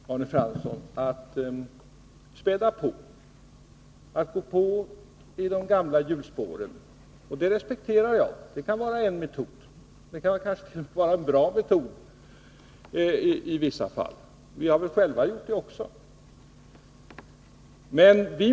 Herr talman! Ni har valt metoden, Arne Fransson, att späda på, att gå på i de gamla hjulspåren. Det respekterar jag. Det kan vara en metod — en bra metod i vissa fall. Vi har också gjort det tidigare.